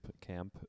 camp